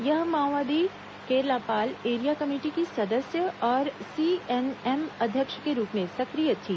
यह माओवादी Keralapal area committee की सदस्य और सीएनएम अध्यक्ष के रूप में सक्रिय थी